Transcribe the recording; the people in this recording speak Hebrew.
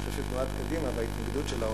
אני חושב שתנועת קדימה בהתנגדות שלה,